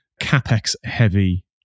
Capex-heavy